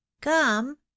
come